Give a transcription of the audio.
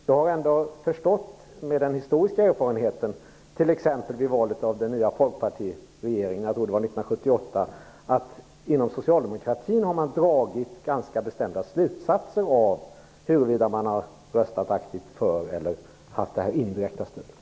Jag har ändå av den historiska erfarenheten förstått - t.ex. vid valet av den nya Folkpartiregeringen, jag tror det var år 1978 - att man inom Socialdemokraterna har dragit ganska bestämda slutsatser av huruvida man har röstat aktivt för eller gett det indirekta stödet.